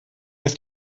ist